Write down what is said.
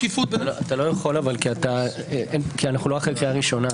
אתה לא יכול כי אנחנו לא אחרי קריאה ראשונה.